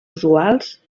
usuals